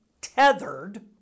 tethered